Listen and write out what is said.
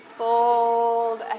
fold